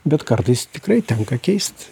bet kartais tikrai tenka keist